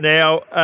Now